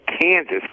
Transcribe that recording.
Kansas